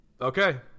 okay